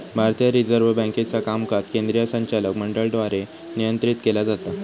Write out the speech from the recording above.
भारतीय रिझर्व्ह बँकेचा कामकाज केंद्रीय संचालक मंडळाद्वारे नियंत्रित केला जाता